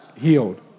healed